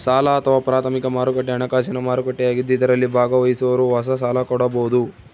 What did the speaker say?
ಸಾಲ ಅಥವಾ ಪ್ರಾಥಮಿಕ ಮಾರುಕಟ್ಟೆ ಹಣಕಾಸಿನ ಮಾರುಕಟ್ಟೆಯಾಗಿದ್ದು ಇದರಲ್ಲಿ ಭಾಗವಹಿಸೋರು ಹೊಸ ಸಾಲ ಕೊಡಬೋದು